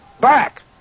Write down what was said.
Back